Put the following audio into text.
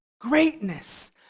greatness